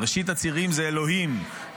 ראשית הצירים זה אלוהים,